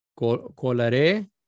Colare